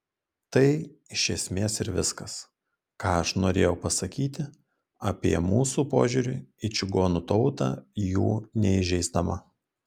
tai iš esmės ir viskas ką aš norėjau pasakyti apie mūsų požiūrį į čigonų tautą jų neįžeisdama